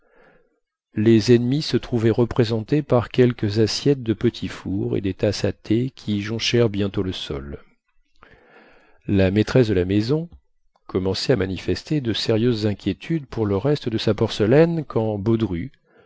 les ennemis se trouvaient représentés par quelques assiettes de petits fours et des tasses à thé qui jonchèrent bientôt le sol la maîtresse de la maison commençait à manifester de sérieuses inquiétudes pour le reste de sa porcelaine quand baudru